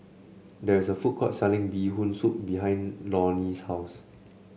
there is a food court selling Bee Hoon Soup behind Lorne's house